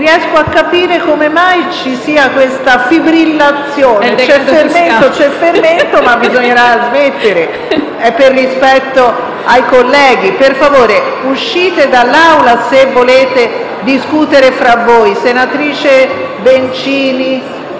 riesco a capire come mai vi sia questa fibrillazione: c'è fermento, ma bisognerà smettere, per rispetto ai colleghi. Per favore, uscite dall'Aula se volete discutere tra voi.